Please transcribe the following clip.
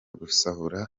gusahura